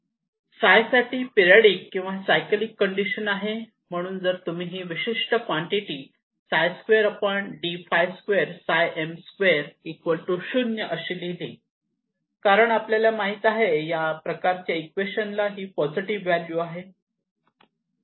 Ψ साठी पिरिऑडिक किंवा cyclic condition आहे म्हणून जर तुम्ही ही विशिष्ट क्वांटिटी अशी लिहिली कारण आपल्याला माहित आहे या प्रकारच्या इक्वेशनला ही पॉझिटिव्ह व्हॅल्यू आहे